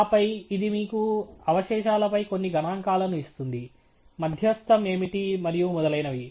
ఆపై ఇది మీకు అవశేషాలపై కొన్ని గణాంకాలను ఇస్తుంది మధ్యస్థం ఏమిటి మరియు మొదలైనవి